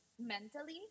mentally